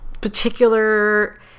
particular